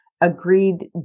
agreed